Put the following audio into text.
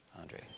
Andre